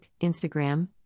Instagram